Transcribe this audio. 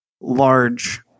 large